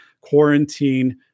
quarantine